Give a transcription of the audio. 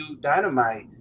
Dynamite